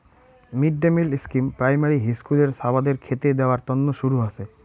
mid day meal scheme primary হিস্কুলের ছাওয়াদের খেতে দেয়ার তন্ন শুরু হসে